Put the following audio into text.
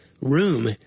room